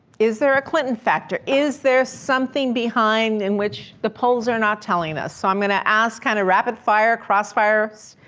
is there a clinton factor? is there something behind in which the polls are not telling us? so i'm gonna ask kind of rapid fire, crossfires.